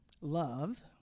love